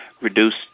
reduced